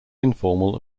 informal